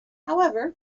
however